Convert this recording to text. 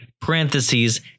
parentheses